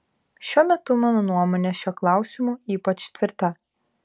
šiuo metu mano nuomonė šiuo klausimu ypač tvirta